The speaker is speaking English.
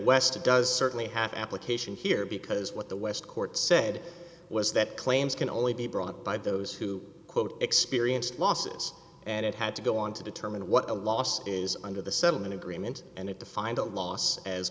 certainly have application here because what the west court said was that claims can only be brought by those who quote experienced losses and it had to go on to determine what the loss is under the settlement agreement and it defined a loss as